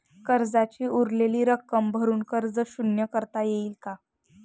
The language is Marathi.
कर्जाची उरलेली रक्कम भरून कर्ज शून्य करता येईल का?